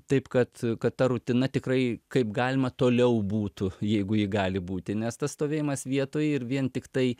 taip kad kad ta rutina tikrai kaip galima toliau būtų jeigu ji gali būti nes tas stovėjimas vietoj ir vien tiktai